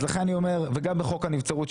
וגם בחוק הנבצרות,